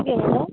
ठीक आहे मॅडम